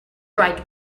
right